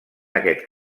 aquest